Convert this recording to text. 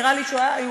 נראה לי שהוא פה,